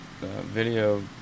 video